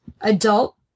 Adult